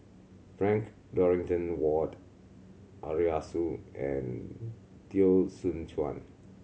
Frank Dorrington Ward Arasu and Teo Soon Chuan